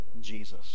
Jesus